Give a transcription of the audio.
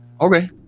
Okay